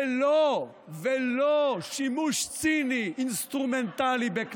ולא שימוש ציני, אינסטרומנטלי, בכלליה,